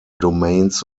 domains